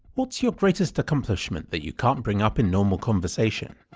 what's your greatest accomplishment that you can't bring up in normal conversation?